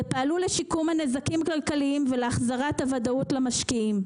ופעלו לשיקום הנזקים הכלכליים ולהחזרת הוודאות למשקיעים.